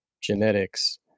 genetics